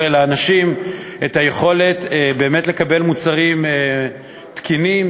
לאנשים את היכולת באמת לקבל מוצרים תקינים,